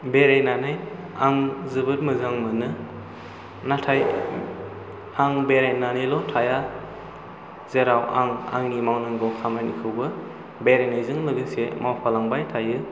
बेरायनानै आं जोबोद मोजां मोनो नाथाय आं बेरायनानैल' थाया जेराव आं आंनि मावनांगौ खामानिखौबो बेरायनायजों लोगोसे मावफालांबाय थायो